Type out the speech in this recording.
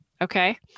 Okay